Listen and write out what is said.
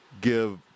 give